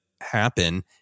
happen